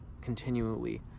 continually